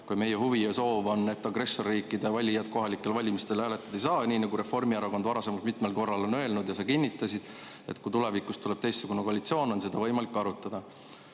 kuigi meie huvi ja soov on, et agressorriikide valijad kohalikel valimistel hääletada ei saaks, nii nagu Reformierakond varasemalt mitmel korral on öelnud. Sa kinnitasid, et kui tulevikus tuleb teistsugune koalitsioon, on seda võimalik arutada.